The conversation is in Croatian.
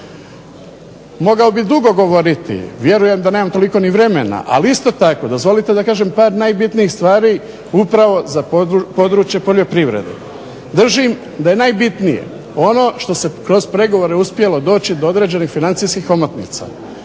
Mogao bih dugo govoriti, vjerujem da nemam toliko ni vremena, ali isto tako dozvolite da kažem par najbitnijih stvari upravo za područje poljoprivrede. Držim da je najbitnije ono što se kroz pregovore uspjelo doći do određenih financijskih omotnica.